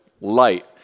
light